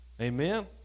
Amen